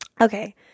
Okay